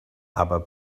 aber